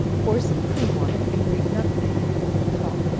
pour some cream on it, and grate nutmeg over the top.